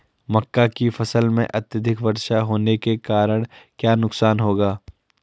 मक्का की फसल में अधिक वर्षा होने के कारण क्या नुकसान होगा?